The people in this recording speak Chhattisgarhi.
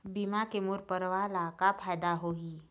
बीमा के मोर परवार ला का फायदा होही?